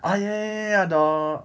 ah ya ya ya ya ya the